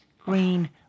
Green